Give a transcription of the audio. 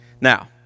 Now